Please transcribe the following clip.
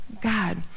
God